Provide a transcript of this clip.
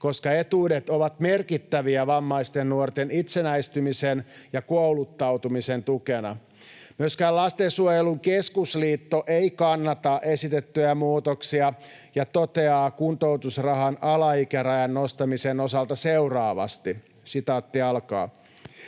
koska etuudet ovat merkittäviä vammaisten nuorten itsenäistymisen ja kouluttautumisen tukena. Myöskään Lastensuojelun Keskusliitto ei kannata esitettyjä muutoksia ja toteaa kuntoutusrahan alaikärajan nostamisen osalta seuraavasti: ”Keskusliitto